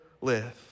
live